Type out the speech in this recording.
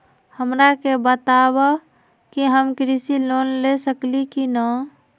हमरा के बताव कि हम कृषि लोन ले सकेली की न?